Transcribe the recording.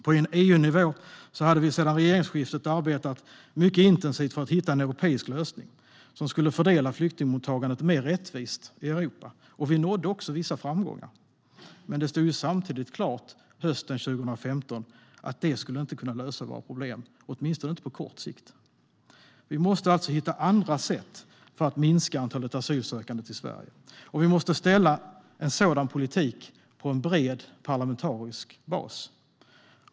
På EU-nivå hade vi sedan regeringsskiftet arbetat mycket intensivt för att hitta en europeisk lösning som skulle fördela flyktingmottagandet mer rättvist i Europa. Vi nådde också vissa framgångar, men det stod samtidigt klart hösten 2015 att det inte skulle lösa våra problem, åtminstone inte på kort sikt. Regeringen måste alltså hitta andra sätt för att minska antalet asylsökande till Sverige. Vi måste ställa en sådan politik på en bred parlamentarisk bas.